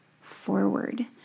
forward